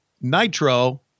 nitro